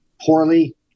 poorly